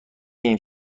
این